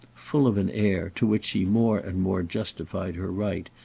full of an air, to which she more and more justified her right,